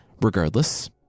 Regardless